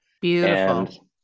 beautiful